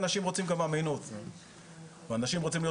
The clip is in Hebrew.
אנשים רוצים גם אמינות ואנשים רוצים להיות